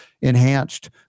enhanced